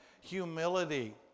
Humility